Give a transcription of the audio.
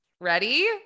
ready